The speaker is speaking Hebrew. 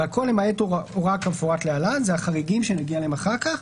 והכול למעט הוראה כמפורט להלן: - אלה החריגים שנגיע אליהם אחר כך.